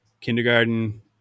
kindergarten